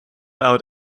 out